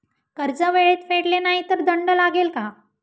कर्ज वेळेत फेडले नाही तर दंड लागेल का?